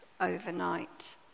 overnight